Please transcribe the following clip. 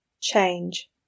Change